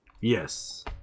Yes